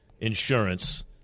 Insurance